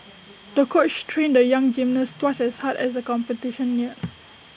the coach trained the young gymnast twice as hard as the competition neared